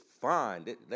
fine